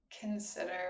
consider